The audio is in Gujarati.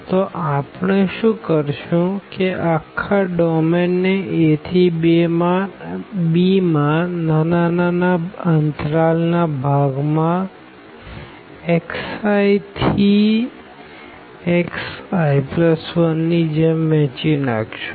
તો આપણે શુ કરશું કે અખા ડોમેન ને a થી b માં નાના નાના અંતરાલ ના ભાગમાં xi થી xi1 ની જેમ વહેંચી નાખશું